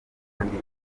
amahoro